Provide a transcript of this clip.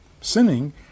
sinning